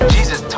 Jesus